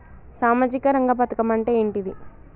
సామాజిక రంగ పథకం అంటే ఏంటిది?